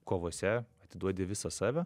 kovose atiduodi visą save